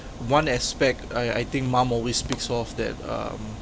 one aspect I I think mom always speaks of that um